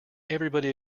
everybody